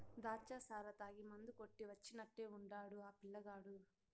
దాచ్చా సారా తాగి మందు కొట్టి వచ్చినట్టే ఉండాడు ఆ పిల్లగాడు